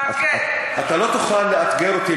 אתה לא תוכל לאתגר אותי,